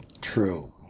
True